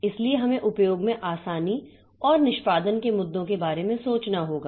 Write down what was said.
इसलिए हमें उपयोग में आसानी और निष्पादन के मुद्दों के बारे में सोचना होगा